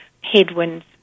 headwinds